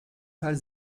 fall